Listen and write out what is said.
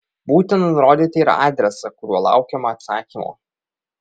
būtina nurodyti ir adresą kuriuo laukiama atsakymo